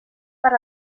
per